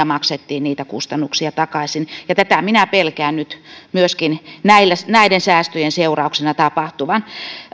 maksettiin niitä kustannuksia takaisin ja tätä minä pelkään nyt myöskin näiden säästöjen seurauksena tapahtuvan